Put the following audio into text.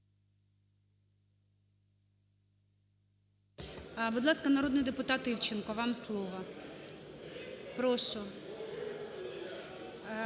Будь ласка, народний депутат Івченко, вам слово. Прошу.